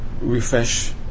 refresh